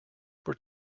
were